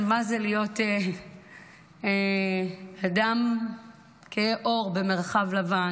של מה זה להיות אדם כהה עור במרחב לבן,